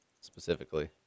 specifically